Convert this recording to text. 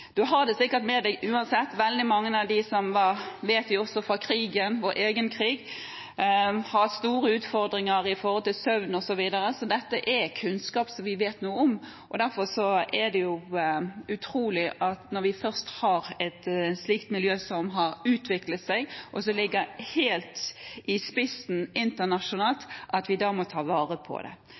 sikkert med seg uansett. Vi vet også fra krigen at veldig mange har store utfordringer med søvn osv., så dette er kunnskap som vi har. Derfor er det jo utrolig, når vi først har et slikt miljø som har utviklet seg, og som ligger helt i spissen internasjonalt – da må vi ta vare på det. Som flere har vært inne på, synes jeg at det er et godt prinsipp når det gjelder hvordan vi skal prioritere – også når det